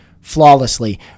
flawlessly